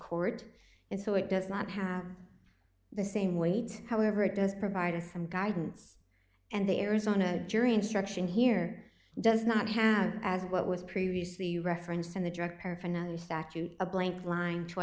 court and so it does not have the same weight however it does provide some guidance and the arizona jury instruction here does not have as what was previously referenced in the drug paraphernalia statute a blank line to